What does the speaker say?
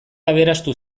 aberastu